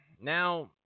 Now